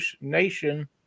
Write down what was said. Nation